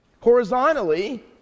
Horizontally